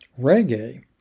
Reggae